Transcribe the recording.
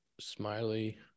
smiley